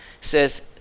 says